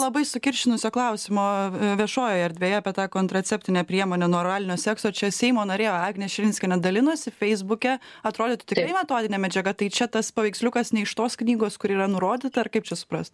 labai sukiršinusio klausimo viešojoje erdvėje apie tą kontraceptinę priemonę nuo oralinio sekso čia seimo narė agnė širinskienė dalinosi feisbuke atrodytų tikrai metodinė medžiaga tai čia tas paveiksliukas ne iš tos knygos kuri yra nurodyta kaip čia suprast